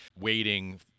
waiting